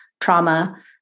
trauma